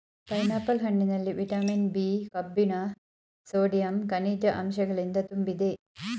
pineapple ಹಣ್ಣಿನಲ್ಲಿ vitamin B, ಕಬ್ಬಿಣ sodium, ಕನಿಜ ಅಂಶಗಳಿಂದ ತುಂಬಿದೆ